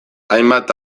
hainbat